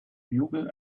bugle